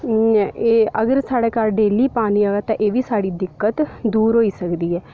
एह् अगर साढ़े कश डेली पानी आवै ते एह् बी साढ़ी दिक्कत दूर होई सकदी ऐ